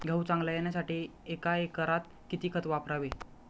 गहू चांगला येण्यासाठी एका एकरात किती खत वापरावे?